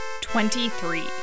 Twenty-three